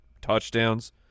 touchdowns